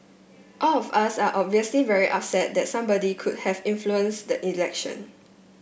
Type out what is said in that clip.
all of us are obviously very upset that somebody could have influence the election